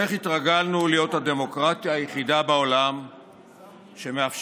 איך התרגלנו להיות הדמוקרטיה היחידה בעולם שמאפשרת